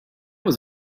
was